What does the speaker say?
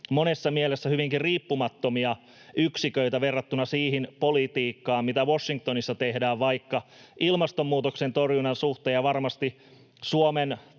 monessa mielessä hyvinkin riippumattomia yksiköitä verrattuna siihen politiikkaan, mitä Washingtonissa tehdään vaikka ilmastonmuutoksen torjunnan suhteen. Varmasti Suomen